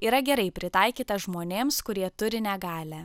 yra gerai pritaikyta žmonėms kurie turi negalią